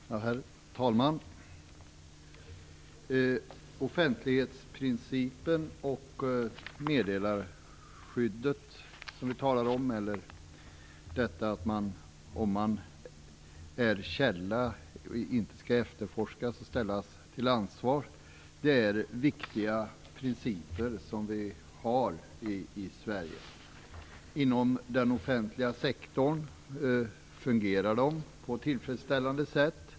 Herr talman! Offentlighetsprincipen och meddelarskyddet, som vi talar om, eller att man som källa inte skall efterforskas och ställas till ansvar är viktiga principer i Sverige. Inom den offentliga sektorn fungerar principerna på ett tillfredsställande sätt.